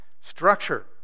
structure